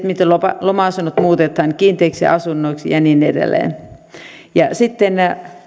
miten loma asunnot muutetaan kiinteiksi asunnoiksi ja niin edelleen sitten